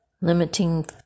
limiting